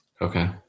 Okay